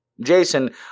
Jason